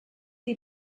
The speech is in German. sie